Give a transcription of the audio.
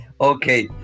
okay